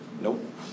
Nope